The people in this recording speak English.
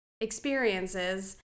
experiences